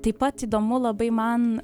taip pat įdomu labai man